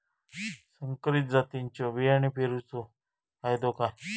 संकरित जातींच्यो बियाणी पेरूचो फायदो काय?